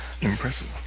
Impressive